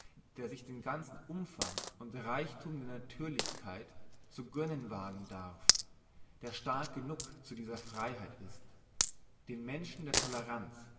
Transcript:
der sich den ganzen umfang und reichthum der natürlichkeit zu gönnen wagen darf der stark genug zu dieser freiheit ist den menschen der toleranz